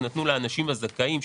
נתנו לאנשים הזכאים,